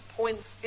points